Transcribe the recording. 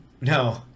No